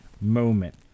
moment